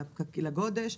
לגודש,